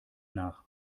nach